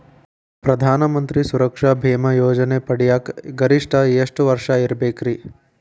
ಪ್ರಧಾನ ಮಂತ್ರಿ ಸುರಕ್ಷಾ ಭೇಮಾ ಯೋಜನೆ ಪಡಿಯಾಕ್ ಗರಿಷ್ಠ ಎಷ್ಟ ವರ್ಷ ಇರ್ಬೇಕ್ರಿ?